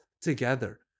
together